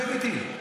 שב איתי.